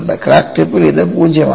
crack ടിപ്പിൽ ഇത് 0 ആണ്